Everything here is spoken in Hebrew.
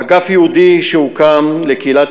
אגף ייעודי הוקם לקהילת